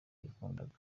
yakundaga